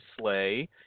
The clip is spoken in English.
sleigh